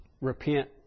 repent